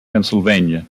pennsylvania